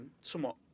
somewhat